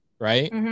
right